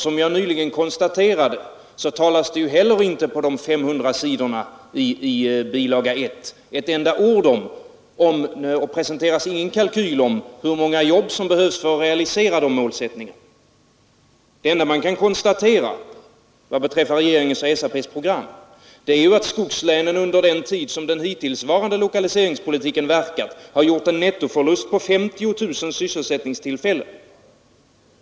Som jag nyss konstaterade talas det på de 500 sidorna i bil. 1 inte ett enda ord om och presenteras ingen kalkyl över hur många jobb som behövs för att realisera målsättningarna. Det enda man kan konstatera beträffande regeringens program är att skogslänen, under den tid den hittillsvarande lokaliseringspolitiken verkat har gjort en nettoförlust på 50 000 sysselsättningstillfällen.